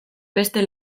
beste